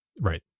right